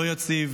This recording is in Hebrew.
לא יציב,